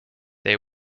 they